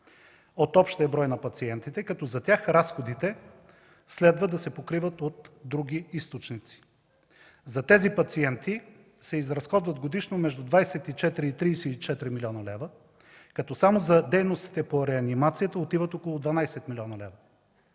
от общия брой на пациентите. За тях разходите следва да се покриват от други източници. За тези пациенти годишно се изразходват около 24-34 млн. лв., като само за дейностите по реанимацията отиват около 12 млн. лв.